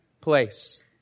place